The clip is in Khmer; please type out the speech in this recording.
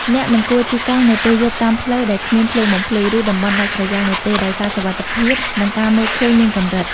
អ្នកមិនគួរជិះកង់នៅពេលយប់តាមផ្លូវដែលគ្មានភ្លើងបំភ្លឺ ឬតំបន់ដាច់ស្រយាលនោះទេ ដោយសារសុវត្ថិភាពនិងការមើលឃើញមានកម្រិត។